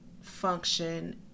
function